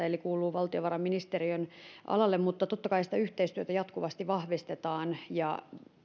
eli se kuuluu valtiovarainministeriön alalle mutta totta kai sitä yhteistyötä jatkuvasti vahvistetaan